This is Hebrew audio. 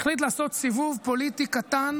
החליט לעשות סיבוב פוליטי קטן